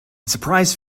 surprise